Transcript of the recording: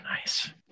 nice